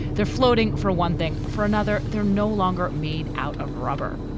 they're floating. for one thing, for another, they're no longer made out of rubber.